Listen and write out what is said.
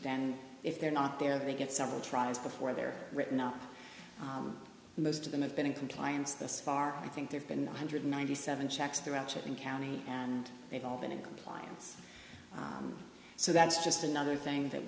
then if they're not there they get several tries before they're written up most of them have been in compliance this far i think there's been one hundred ninety seven checks throughout chipping county and they've all been in compliance so that's just another thing that